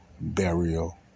burial